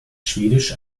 schwedisch